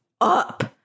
up